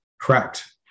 Correct